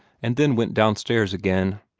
and then went downstairs again.